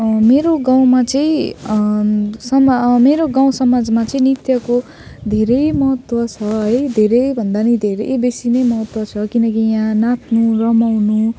मेरो गाउँमा चाहिँ समाज मेरो गाउँसमाजमा चाहिँ नृत्यको धेरै महत्त्व छ है धेरै भन्दा पनि धेरै बेसी नै महत्त्व छ किनकि यहाँ नाच्नु रमाउनु है